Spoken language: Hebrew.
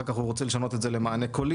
אחר כך הוא רוצה לשנות את זה למענה קולי,